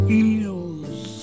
eels